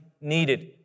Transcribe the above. needed